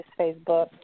Facebook